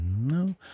No